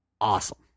Awesome